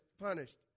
punished